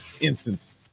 instance